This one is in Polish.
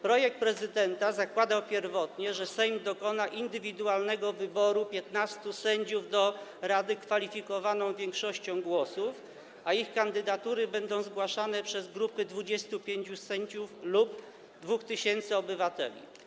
Projekt prezydenta zakładał pierwotnie, że Sejm dokona indywidualnego wyboru 15 sędziów do rady kwalifikowaną większością głosów, a ich kandydatury będą zgłaszane przez grupy 25 sędziów lub 2 tys. obywateli.